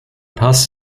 paz